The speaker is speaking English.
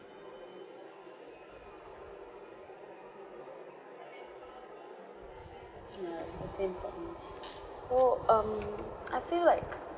ya it's the same for me so um I feel like